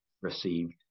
received